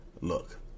Look